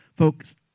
Folks